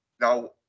Now